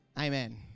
Amen